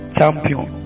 Champion